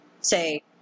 say